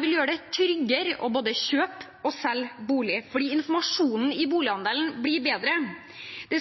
vil gjøre det tryggere både å kjøpe og selge bolig fordi informasjonen i bolighandelen blir bedre.